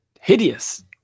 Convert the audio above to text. hideous